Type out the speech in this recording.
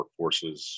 workforces